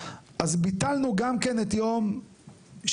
אז ביטלנו גם כן את יום שישי.